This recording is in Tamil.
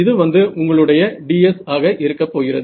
இது வந்து உங்களுடைய ds ஆக இருக்கப் போகிறது